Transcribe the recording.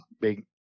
big